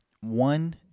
one